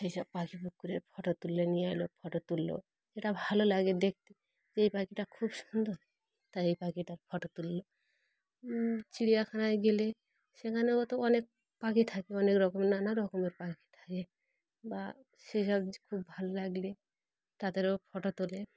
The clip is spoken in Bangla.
সেই সব পাখি পুকুরের ফটো তুলে নিয়ে এলো ফটো তুললো যেটা ভালো লাগে দেখতে যে এই পাখিটা খুব সুন্দর তাই এই পাখিটার ফটো তুললো চিড়িয়াখানায় গেলে সেখানেও তো অনেক পাখি থাকে অনেক রকম নানা রকমের পাখি থাকে বা সে সব খুব ভালো লাগলে তাদেরও ফটো তোলে